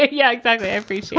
yeah. exactly. every so